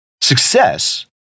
Success